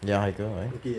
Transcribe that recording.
ya haikal why